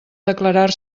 declarar